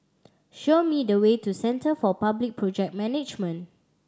show me the way to Centre for Public Project Management